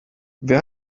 wer